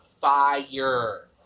fire